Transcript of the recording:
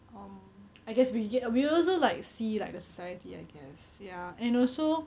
um I guess we get we also like see like the society I guess ya and also